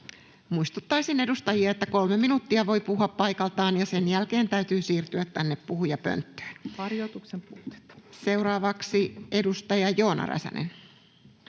Muistuttaisin edustajia, että kolme minuuttia voi puhua paikaltaan ja sen jälkeen täytyy siirtyä tänne puhujapönttöön. — Seuraavaksi edustaja Joona Räsänen.